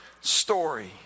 story